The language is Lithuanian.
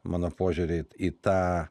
mano požiūrį į tą